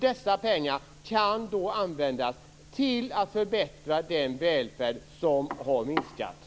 Dessa pengar kan då användas till att förbättra den välfärd som har försämrats.